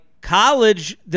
college